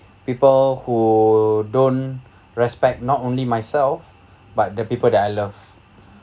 people who don't respect not only myself but the people that I love